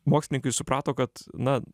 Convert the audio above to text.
mokslininkai suprato kad na